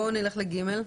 נעבור לפסקה (ג).